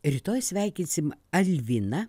rytoj sveikinsim alviną